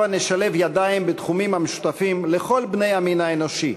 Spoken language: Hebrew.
הבה נשלב ידיים בתחומים המשותפים לכל בני המין האנושי: